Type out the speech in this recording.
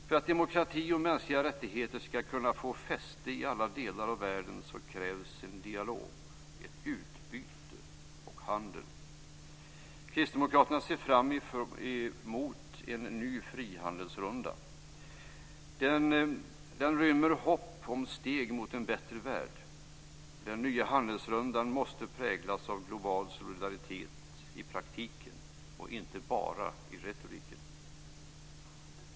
För att demokrati och mänskliga rättigheter ska kunna få fäste i alla delar av världen krävs en dialog, ett utbyte och handel. Kristdemokraterna ser fram emot en ny frihandelsrunda. Den rymmer hopp om steg mot en bättre värld. Den nya handelsrundan måste präglas av global solidaritet i praktiken och inte bara i retoriken.